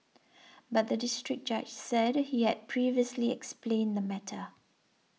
but the District Judge said he had previously explained the matter